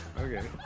Okay